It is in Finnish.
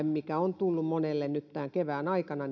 mikä on tullut monelle nyt tämän kevään aikana